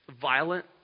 violent